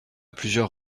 plusieurs